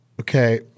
okay